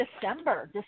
December